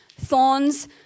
thorns